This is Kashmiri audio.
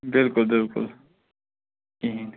بالکل بالکل کِہیٖنۍ